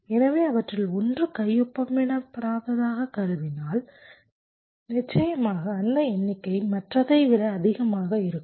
எனவே அவற்றில் ஒன்று கையொப்பமிடப்படாததாகக் கருதினால் நிச்சயமாக அந்த எண்ணிக்கை மற்றதை விட அதிகமாக இருக்கும்